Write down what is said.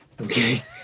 Okay